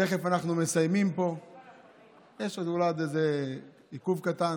תכף אנחנו מסיימים, יש אולי עוד איזה עיכוב קטן,